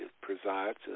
presides